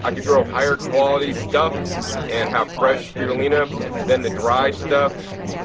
i could grow higher quality stuff and have fresh spirulina than the dried stuff